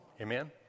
Amen